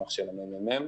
במסמך של מרכז המחקר,